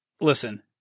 Listen